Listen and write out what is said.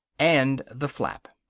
and the flap.